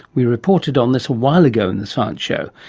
we reported on this a while ago in the science show.